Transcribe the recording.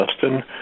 Justin